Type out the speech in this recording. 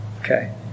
Okay